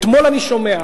אתמול אני שומע,